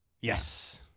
Yes